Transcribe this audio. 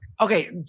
Okay